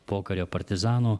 pokario partizanų